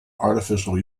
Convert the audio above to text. artificial